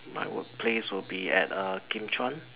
my workplace would be at uh Kim-Chuan